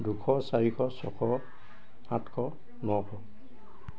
দুইশ চাৰিশ ছয়শ সাতশ নশ